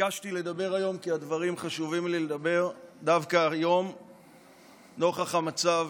ביקשתי לדבר היום כי חשוב לי לדבר דווקא היום נוכח המצב